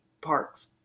parks